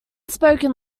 spoken